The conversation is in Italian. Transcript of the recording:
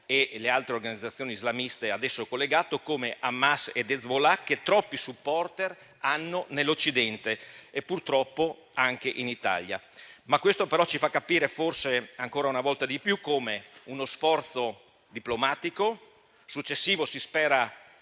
e le altre organizzazioni islamiste ad esso collegato, come Hamas ed Hezbollah, che troppi *supporter* hanno nell'Occidente e purtroppo anche in Italia. Questo però ci fa capire forse, una volta di più, come con uno sforzo diplomatico - successivo si spera